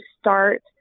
start